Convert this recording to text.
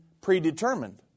predetermined